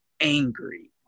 angry